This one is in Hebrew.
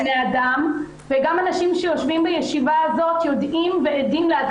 זה מאבק בסחר בבני אדם וגם אנשים שיושבים בישיבה הזאת יודעים ועדים עד